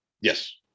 Yes